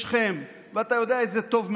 ובשכם, ואתה יודע את זה טוב מאוד.